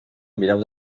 mireu